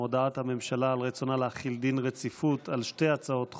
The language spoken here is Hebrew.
הודעת הממשלה על רצונה להחיל דין רציפות על שתי הצעות חוק.